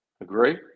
Agree